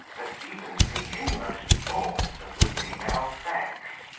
but even to the inmost thoughts of the female sex.